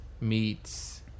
meets